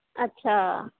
ਅੱਛਾ